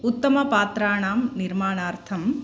उत्तमपात्राणां निर्माणार्थं